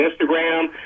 Instagram